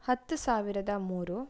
ಹತ್ತು ಸಾವಿರದ ಮೂರು